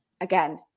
again